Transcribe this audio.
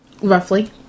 Roughly